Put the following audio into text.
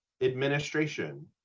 administration